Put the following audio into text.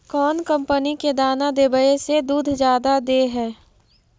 कौन कंपनी के दाना देबए से दुध जादा दे है?